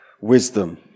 wisdom